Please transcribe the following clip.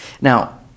Now